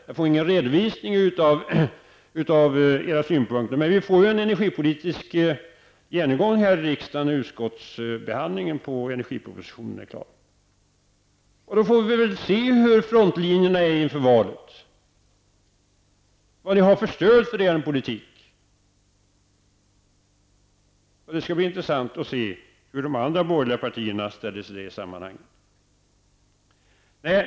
Jag får ingen redovisning av era synpunkter, men vi får ju en energipolitisk genomgång här i riksdagen när utskottsbehandlingen av energipropositionen är klar. Då får vi väl se hur frontlinjerna går inför valet och vad ni har för stöd för er politik. Det skall bli intressant att se hur de andra borgerliga partierna ställer sig i det sammanhanget.